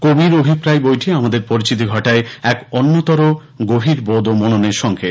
কবির অভিপ্রায় বইটি আমাদের পরিচিতি ঘটায় তাঁর অন্যতর এক গভীর বোধ ও মননের সঙ্গে